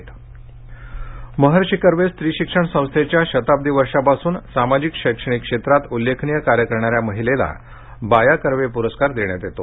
बाया कर्वे महर्षी कर्वे स्त्री शिक्षण संस्थेच्या शताब्दी वर्षापासून सामाजिक शैक्षणिक क्षेत्रात उल्लेखनीय कार्य करणा या महिलेला बाया कर्वे प्रस्कार देण्यात येतो